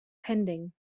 pending